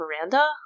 Miranda